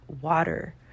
water